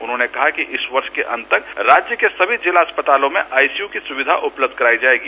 उन्होंने कहा कि इस वर्ष के अन्त तक राज्य के सभी जिला अस्पतालों में आईसीयू की सुविधा उपलब्ध कराई जायेगी